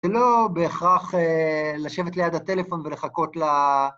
שלא בהכרח לשבת ליד הטלפון ולחכות ל...